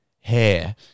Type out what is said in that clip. hair